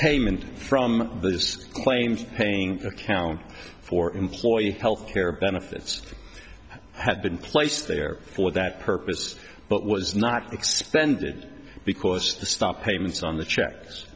payment from the claims paying account for employee health care benefits had been placed there for that purpose but was not expend it because the stop payments on the checks